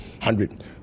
hundred